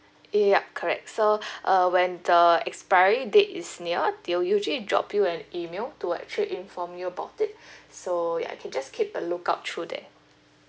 ya ya ya correct so uh when the expiry date is near they'll usually drop you an email to actually inform you about it so ya can just keep a lookout through that